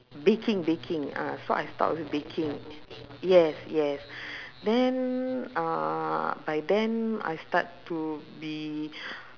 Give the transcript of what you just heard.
baking baking uh so I start off with baking yes yes then uh I then I start to be